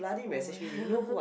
oh my